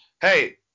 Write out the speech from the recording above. Hey